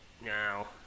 Now